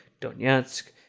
Donetsk